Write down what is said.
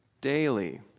daily